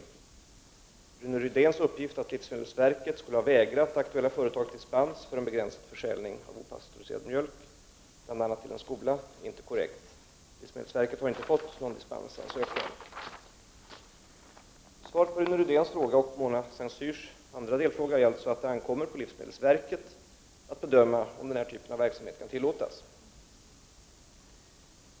Rune Rydéns uppgift att livsmedelsverket vägrat det aktuella företaget dispens för en begränsad försäljning av opastöriserad mjölk, bl.a. till skola, är inte korrekt. Livsmedelsverket har inte fått någon dispensansökan. Svaret på Rune Rydéns fråga och på Mona Saint Cyrs andra delfråga är alltså att det ankommer på livsmedelsverket att bedöma om den här typen av verksamhet kan tillåtas.